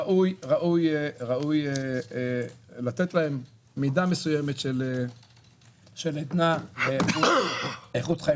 ראוי לתת להם מידה מסוימת של עדנה ואיכות חיים.